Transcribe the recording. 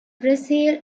brazil